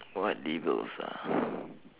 what labels ah